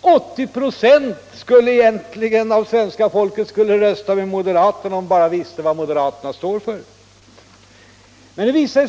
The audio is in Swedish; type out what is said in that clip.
80 ”» skulle rösta med moderaterna om de bara visste vad moderaterna står för, sade herr Bohman.